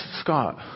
Scott